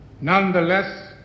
Nonetheless